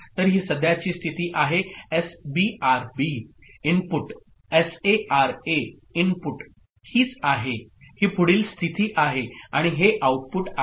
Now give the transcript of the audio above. तर ही सध्याची स्थिती आहे SB RB input SA RA input हीच आहे ही पुढील स्थिती आहे आणि हे आऊटपुट आहे